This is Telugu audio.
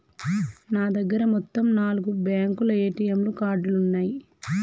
నా దగ్గర మొత్తం నాలుగు బ్యేంకుల ఏటీఎం కార్డులున్నయ్యి